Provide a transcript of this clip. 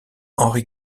henry